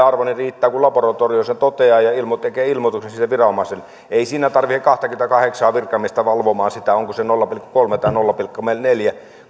arvo niin riittää että laboratorio sen toteaa ja tekee ilmoituksen viranomaiselle ei siinä tarvitse kahtakymmentäkahdeksaa virkamiestä valvomaan sitä onko se nolla pilkku kolme tai nolla pilkku neljä